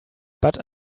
but